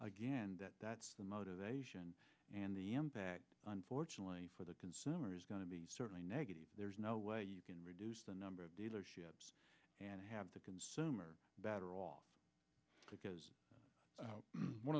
again that that's the motivation and the impact unfortunately for the consumer is going to be certainly negative there's no way you can reduce the number of dealerships and have the consumer better all because